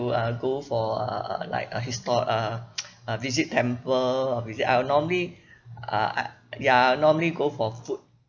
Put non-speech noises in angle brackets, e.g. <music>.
to uh go for err like a histor~ uh <noise> uh visit temple visit I will normally uh ya normally go for food